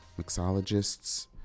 mixologists